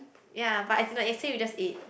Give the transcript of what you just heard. ya but as in like yesterday you just eat